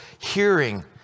hearing